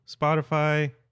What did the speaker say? Spotify